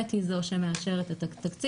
המנהלת היא זו שמאשרת את התקציב.